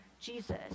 Jesus